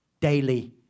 daily